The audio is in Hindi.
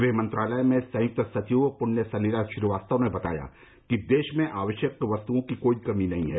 गृह मंत्रालय में संयुक्त सचिव पृण्य सलिला श्रीवास्तव ने बताया कि देश में आवश्यक वस्तुओं की कोई कमी नहीं है